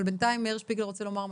אבל בנתיים מאיר שפיגלר רוצה לומר משהו.